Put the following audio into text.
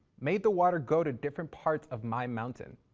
made the water go to different parts of my mountain.